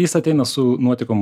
jis ateina su nuotekom